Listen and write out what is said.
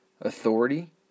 authority